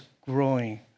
growing